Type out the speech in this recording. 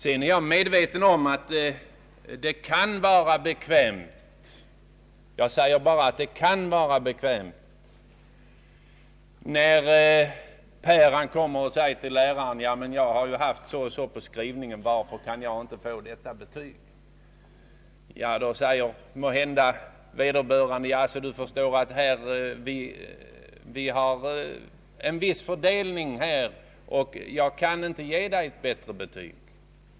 Jag är medveten om att det till och med kan vara bekvämt för någon enstaka lärare — jag säger bara att det kan vara det — att falla tillbaka på detta betygsystem. När Per kommer och säger till läraren att han har haft ett visst resultat på en skrivning och frågar varför han inte kan få ett visst betyg kanske vederbörande lärare säger: Vi har en viss fördelning, förstår du, och jag kan inte ge dig ett bättre betyg.